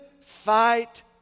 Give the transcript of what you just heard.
fight